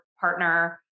partner